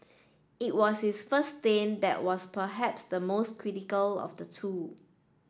it was his first stint that was perhaps the most critical of the the two